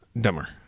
dumber